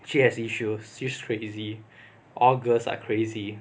she has issues she's crazy all girls are crazy